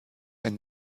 ein